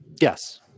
Yes